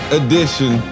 edition